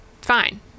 fine